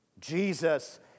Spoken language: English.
Jesus